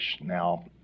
Now